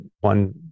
One